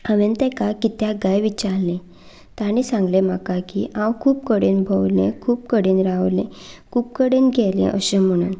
हांवें ताका किद्या काय विचारलें ताणें सांगलें म्हाका की हांव खूब कडेन भोंवलें खूब कडेन रावलें खूब कडेन गेलें अशें म्हणून